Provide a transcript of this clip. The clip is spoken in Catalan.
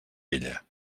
ella